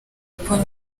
polly